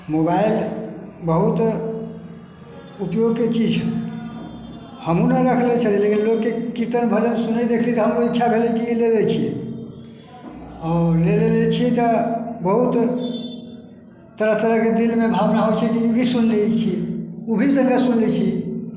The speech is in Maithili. मोबाइल बहुत उपयोगके चीज छै हमहूँ नहि रखले छलिए लेकिन लोकके कीर्तन भजन सुनैत देखलिए तऽ हमरो इच्छा भेलै कि लऽ लै छिए आओर लऽ लेले छिए तऽ बहुत तरह तरहके दिलमे भावना होइ छै तऽ ईभी सुनि लै छी ओभी तनका सुनि लै छी